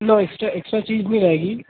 نو extra extra چیز نہیں آئے گی